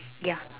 ya